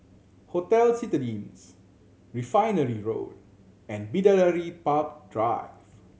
Hotel Citadines Refinery Road and Bidadari Park Drive